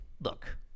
Look